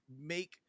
make